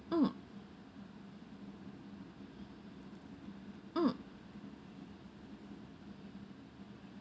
mm mm